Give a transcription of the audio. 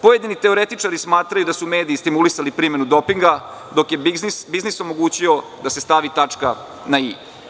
Pojedini teoretičari smatraju da su mediji stimulisali primenu dopinga dok je biznis omogućio da se stavi tačka na „i“